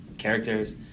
characters